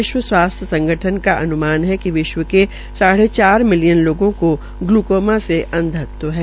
विश्व स्वासथ्य संगठन का अन्मान है कि विश्व के साढ़े चार मिलियन लोगों को ग्लूकोमा से अंधत्व है